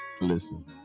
Listen